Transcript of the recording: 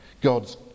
God's